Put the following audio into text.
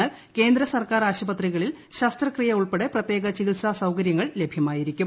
എന്നാൽ കേന്ദ്ര സർക്കാർ ആശുപത്രികളിൽ ശസ്ത്രക്രിയ ഉൾപ്പെടെ പ്രത്യേക ചികിത്സാ സൌകര്യങ്ങൾ ലഭ്യമായിരിക്കും